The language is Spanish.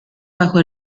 bajo